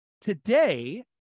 Today